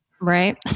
right